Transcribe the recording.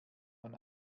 man